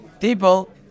people